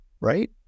Right